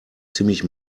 ziemlich